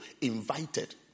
invited